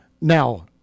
now